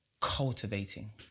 cultivating